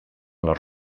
les